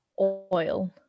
Oil